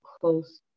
close